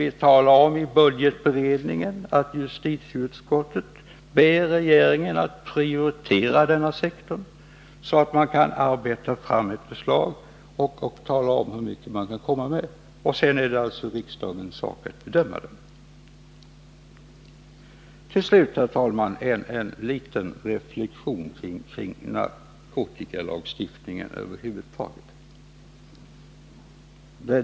Justitieutskottet ber regeringen att i budgetberedningen prioritera denna sektor, så att man kan arbeta fram ett förslag och tala om hur mycket man kan komma med — och sedan är det riksdagens sak att göra bedömningen. Till slut, herr talman, en liten reflexion kring narkotikalagstiftningen över huvud taget.